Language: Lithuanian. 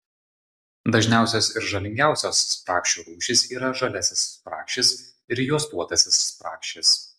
dažniausios ir žalingiausios spragšių rūšys yra žaliasis spragšis ir juostuotasis spragšis